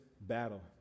battle